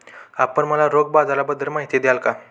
आपण मला रोखे बाजाराबद्दल माहिती द्याल का?